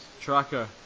tracker